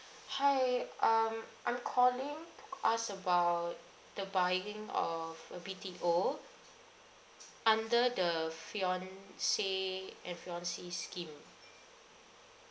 hi um I'm calling to ask about the buying of a B_T_O under the fiance and fiancee scheme